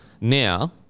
now